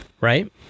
right